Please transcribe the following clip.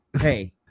hey